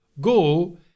go